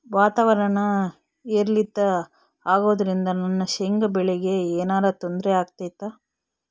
ವಾತಾವರಣ ಏರಿಳಿತ ಅಗೋದ್ರಿಂದ ನನ್ನ ಶೇಂಗಾ ಬೆಳೆಗೆ ಏನರ ತೊಂದ್ರೆ ಆಗ್ತೈತಾ?